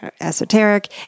esoteric